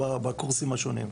בקורסים השונים.